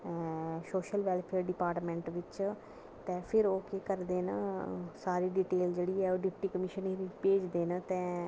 social welfare department बिच ते फिर ओह् केह् करदे न सारी डिटेल जेह्ड़ी ऐ ओह् डिप्टी कमीशनर गी भेजदे न ते